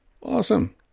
Awesome